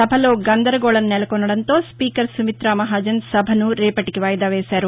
సభలో గందరగోళం నెలకొనడంతో స్పీకర్ సుమితా మహాజన్ సభను రేపటికి వాయిదా వేశారు